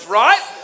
right